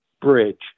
bridge